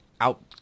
out